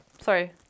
sorry